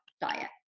diet